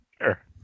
Sure